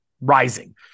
rising